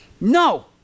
No